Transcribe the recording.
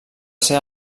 ser